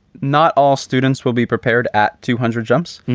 not all students will be prepared at two hundred jumps.